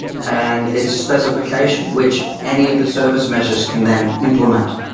and it's a specification, which any of the service meshes can then implement.